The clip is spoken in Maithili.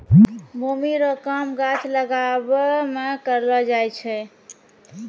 भूमि रो काम गाछ लागाबै मे करलो जाय छै